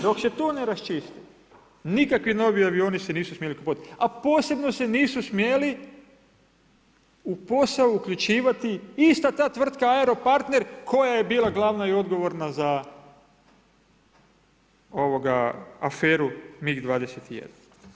Dok se to ne raščisti, nikakvi novi avioni se nisu smjeli … a posebno se nisu smjeli u posao uključivati ista ta tvrtka airo partner, koja je bila glavna i odgovorna za aferu MIG 21.